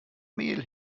mehl